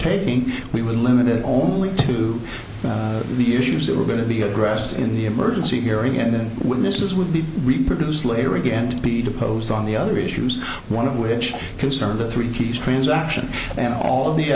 taking we were limited only to the issues that were going to be addressed in the emergency hearing and then witnesses would be reproduced later again to be deposed on the other issues one of which concerned the three key transaction and all of the